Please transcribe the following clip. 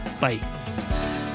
Bye